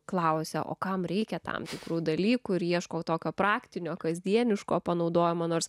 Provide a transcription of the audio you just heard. klausia o kam reikia tam tikrų dalykų ir ieškau tokio praktinio kasdieniško panaudojimo nors